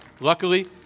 luckily